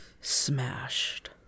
smashed